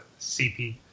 CP